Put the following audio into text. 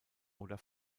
oder